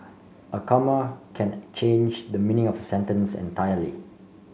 a comma can change the meaning of a sentence entirely